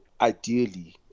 ideally